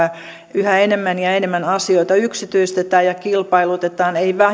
yhä enemmän ja enemmän asioita yksityistetään ja kilpailutetaan ei